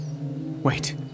Wait